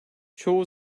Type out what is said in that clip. çoğu